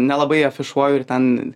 nelabai afišuoju ir ten